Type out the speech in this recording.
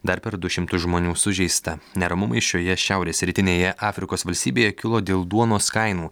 dar per du šimtus žmonių sužeista neramumai šioje šiaurės rytinėje afrikos valstybėje kilo dėl duonos kainų